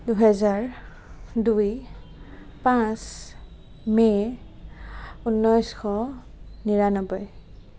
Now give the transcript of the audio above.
দুহেজাৰ দুই পাঁচ মে ঊনৈছশ নিৰান্নব্বৈ